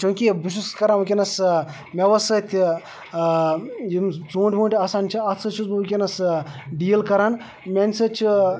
چوٗنٛکہ بہٕ چھُس کَران وٕنکٮ۪س میوَس سۭتۍ یِم ژوٗنٛٹھۍ ووٗنٛٹھۍ آسان چھِ اَتھ سۭتۍ چھُس بہٕ وٕنکٮ۪س ڈیٖل کَران میٛانہِ سۭتۍ چھِ